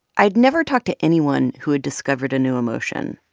i'd never talked to anyone who had discovered a new emotion.